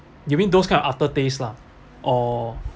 you mean those kind of after taste lah or